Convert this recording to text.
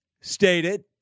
stated